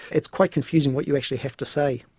it's quite confusing what you actually have to say.